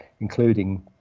including